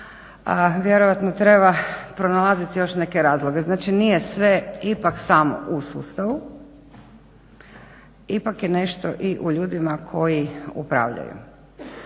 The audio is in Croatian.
vjerojatno treba pronalaziti još neke razloge. Znači, nije sve ipak samo u sustavu ipak je nešto i u ljudima koji upravljaju.